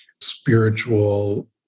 spiritual